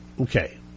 Okay